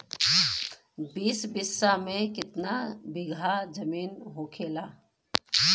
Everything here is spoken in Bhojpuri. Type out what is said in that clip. बीस बिस्सा में कितना बिघा जमीन होखेला?